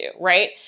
right